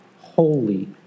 holy